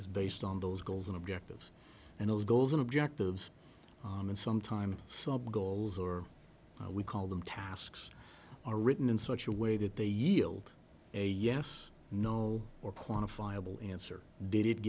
is based on those goals and objectives and those goals and objectives and sometimes subgoals or we call them tasks are written in such a way that they yield a yes no or quantifiable answer did